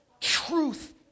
Truth